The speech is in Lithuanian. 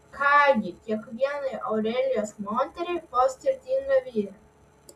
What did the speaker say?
ką gi kiekvienai aurelijos moteriai po skirtingą vyrą